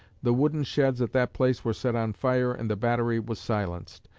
the wooden sheds at that place were set on fire and the battery was silenced.